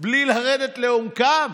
בלי לרדת לעומקם?